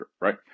right